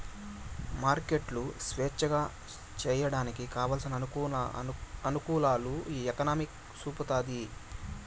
మార్కెట్లు స్వేచ్ఛగా సేసేయడానికి కావలసిన అనుకూలాలు ఈ ఎకనామిక్స్ చూపుతాది